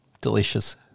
Delicious